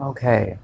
Okay